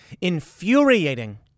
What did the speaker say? infuriating